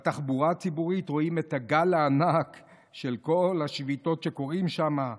בתחבורה הציבורית רואים את הגל הענק של כל השביתות שקורות שם,